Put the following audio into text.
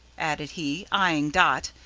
added he, eyeing dot,